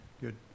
Good